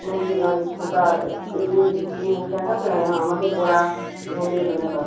मुरलीगंज खुर्दा क्या कहते हैं यहाँ मधेपुरा घूमने वाला जगह